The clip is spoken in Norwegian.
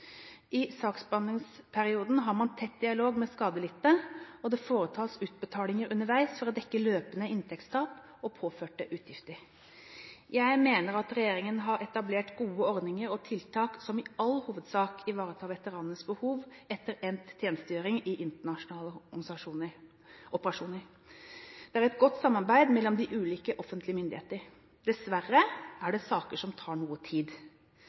I saksbehandlingsperioden har man tett dialog med skadelidte, og det foretas utbetalinger underveis for å dekke løpende inntektstap og påførte utgifter. Jeg mener regjeringen har etablert gode ordninger og tiltak som i all hovedsak ivaretar veteranenes behov etter endt tjenestegjøring i internasjonale operasjoner. Det er et godt samarbeid mellom de ulike offentlige myndigheter. Dessverre er det saker som tar noe tid.